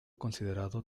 considerado